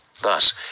Thus